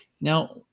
Now